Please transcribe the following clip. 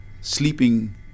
sleeping